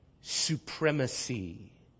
supremacy